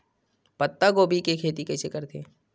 पत्तागोभी के खेती कइसे करथे?